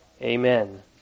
Amen